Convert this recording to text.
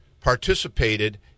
participated